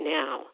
now